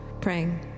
Praying